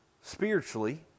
spiritually